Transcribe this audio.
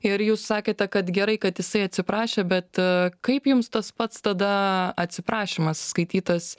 ir jūs sakėte kad gerai kad jisai atsiprašė bet kaip jums tas pats tada atsiprašymas skaitytas